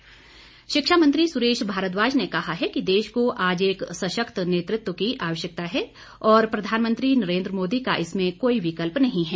भाजपा शिक्षा मंत्री सुरेश भारद्वाज ने कहा है कि देश को आज एक सशक्त नेतृत्व की आवश्यकता है और प्रधानमंत्री नरेंद्र मोदी का इसमें कोई विकल्प नहीं है